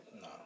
No